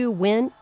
win